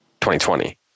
2020